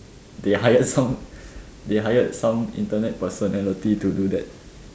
they hired some they hired some Internet person to do that